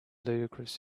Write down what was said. ludicrous